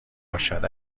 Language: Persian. باشد